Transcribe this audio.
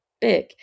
Big